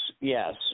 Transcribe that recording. yes